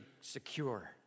secure